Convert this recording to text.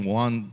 one